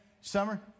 Summer